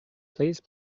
please